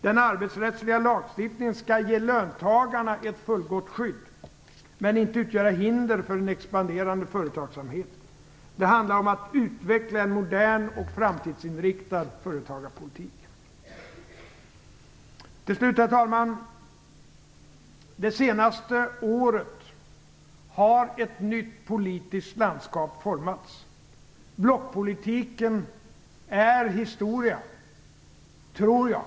Den arbetsrättsliga lagstiftningen skall ge löntagarna ett fullgott skydd men inte utgöra hinder för en expanderande företagsamhet. Det handlar om att utveckla en modern och framtidsinriktad företagarpolitik. Herr talman! Det senaste året har ett nytt politiskt landskap formats. Blockpolitiken är historia, tror jag.